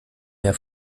mehr